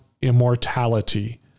immortality